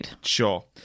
Sure